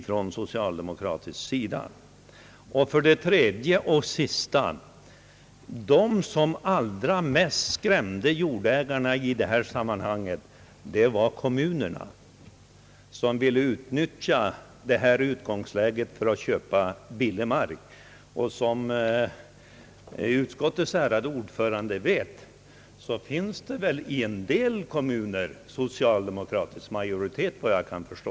För det tredje och sista var det kommu nerna, som allra mest skrämde jordägarna i detta sammanhang. Kommunerna ville utnyttja detta utgångsläge för att köpa billig mark. Och som utskottets ärade ordförande vet finns det i en del kommuner socialdemokratisk majoritet, såvitt jag kan förstå.